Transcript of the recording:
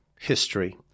history